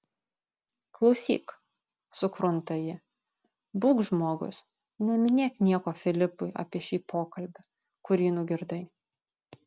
klausyk sukrunta ji būk žmogus neminėk nieko filipui apie šį pokalbį kurį nugirdai